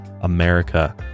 America